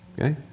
Okay